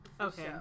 Okay